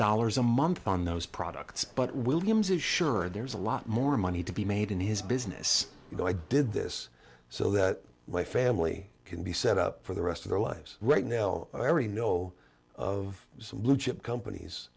dollars a month on those products but williams is sure there's a lot more money to be made in his business you know i did this so that my family can be set up for the rest of their lives right now every know of blue chip companies